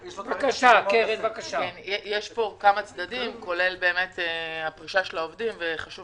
צדדים, כולל פרישת העובדים, וחשוב